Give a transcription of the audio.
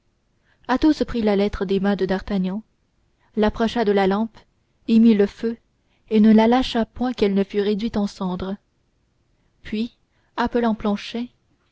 athos prit la lettre des mains de d'artagnan l'approcha de la lampe y mit le feu et ne la lâcha point qu'elle ne fût réduite en cendres puis appelant planchet